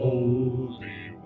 Holy